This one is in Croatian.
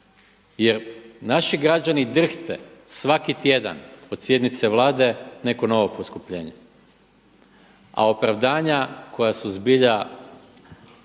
Jer naši građani drhte svaki tjedan od sjednice Vlade neko novo poskupljenje. A opravdanja koja su zbilja,